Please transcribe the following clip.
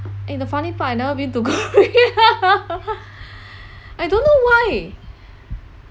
eh the funny part I never been to korea I don't know why